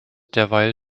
derweil